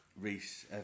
Reese